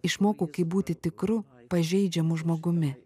išmokau kaip būti tikru pažeidžiamu žmogumi